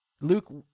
Luke